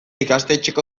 ikastetxeko